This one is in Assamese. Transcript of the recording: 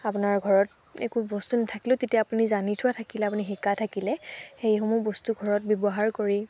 আপোনাৰ ঘৰত একো বস্তু নেথাকিলেও তেতিয়া আপুনি জানি থোৱা থাকিলে আপুনি শিকা থাকিলে সেইসমূহ বস্তু ঘৰত ব্যৱহাৰ কৰি